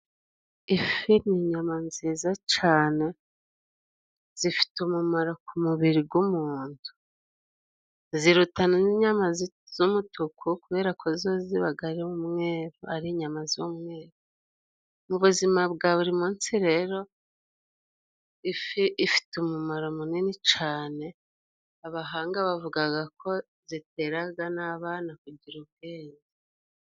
Ifi ni inyama nziza cane zifite umumaro ku mubiri gw'umuntu. Ziruta n'inyama z'umutuku kubera ko zo zibaga ari umweru, ari inyama z'umweru. Mu buzima bwa buri munsi rero ifi ifite umumaro munini cane, abahanga bavugaga ko ziteraga n'abana kugira ubwenge.